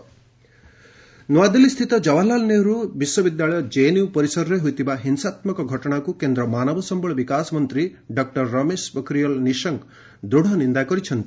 JNU violence ନୂଆଦିଲ୍ଲୀସ୍ଥିତ ଜବାହରଲାଲ ନେହେରୁ ବିଶ୍ୱବିଦ୍ୟାଳୟ JNU ପରିସରରେ ହୋଇଥିବା ହିଂସାତ୍କକ ଘଟଣାକୁ କେନ୍ଦ୍ର ମାନବ ସମ୍ଭଳ ବିକାଶ ମନ୍ତ୍ରୀ ଡକ୍ଟର ରମେଶ ପୋଖରିଆଲ ନିଶଙ୍କ ଦୃଢ଼ ନିନ୍ଦା କରିଛନ୍ତି